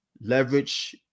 leverage